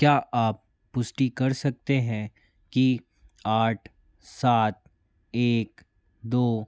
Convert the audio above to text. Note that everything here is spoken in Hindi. क्या आप पुष्टि कर सकते हैं कि आठ सात एक दो